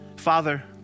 Father